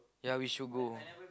ya we should go